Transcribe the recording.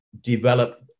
develop